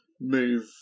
move